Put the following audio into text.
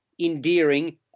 endearing